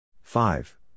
Five